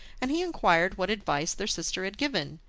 and he inquired what advice their sister had given.